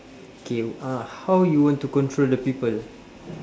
K uh how you want to control the people